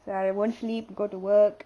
so I won't sleep go to work